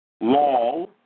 law